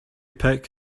pick